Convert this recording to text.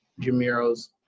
Jamiro's